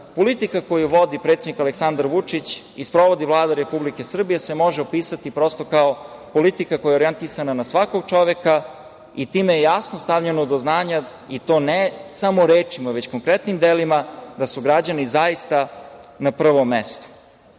vlast. Politika koju vodi predsednik Aleksandar Vučić i sprovodi Vlada Republike Srbije se može opisati prosto kao politika koja je orijentisana na svakog čoveka i time je jasno stavljeno do znanja, i to ne samo rečima, već konkretnim delima, da su građani zaista na prvom